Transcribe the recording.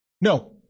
No